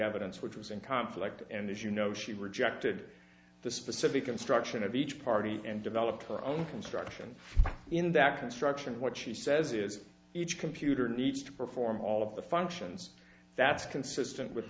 evidence which was in conflict and as you know she rejected the specific instruction of each party and developed her own construction in that construction what she says is each computer needs to perform all of the functions that's consistent with